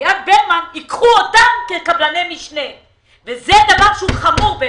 מאפיית ברמן ייקחו אותם כקבלני משנה וזה דבר שהוא חמור.